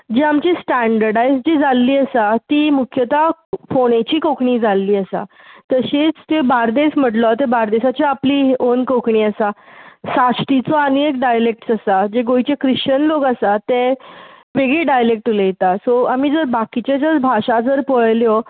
जी आमची स्टॅन्डर्डाय्ज्ड जी जाल्ली आसा ती मुख्यता फोंडेची कोंकणी जाल्ली आसा तशींच तुवें बार्देस म्हटलो त्या बार्देसाची आपली ओन कोंकणी आसा साश्टीचो आनी एक डायलॅक्ट आसा जें गोंयचें क्रिश्चन लोक आसात तें वेगळी डायलॅक्ट उलयता सो आमी जर बाकीचें जर भाशा जर पळयल्यो